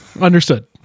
understood